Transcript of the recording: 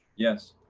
yes.